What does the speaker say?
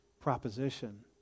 proposition